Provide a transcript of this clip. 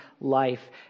life